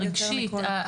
הרגשית,